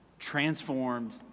transformed